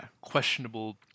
questionable